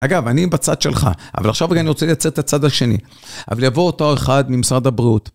אגב, אני בצד שלך, אבל עכשיו גם אני רוצה לצאת לצד השני. אבל יבוא אותו אחד ממשרד הבריאות.